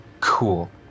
Cool